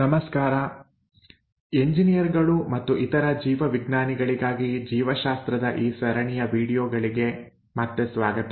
ನಮಸ್ಕಾರ ಮತ್ತು ಎಂಜಿನಿಯರ್ಗಳು ಮತ್ತು ಇತರ ಜೀವವಿಜ್ಞಾನಿಗಳಿಗಾಗಿ ಜೀವಶಾಸ್ತ್ರದ ಈ ಸರಣಿಯ ವೀಡಿಯೊಗಳಿಗೆ ಮತ್ತೆ ಸ್ವಾಗತ